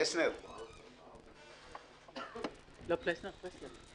שלום יגאל פרסלר,